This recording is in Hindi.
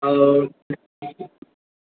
और